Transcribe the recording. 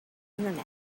internet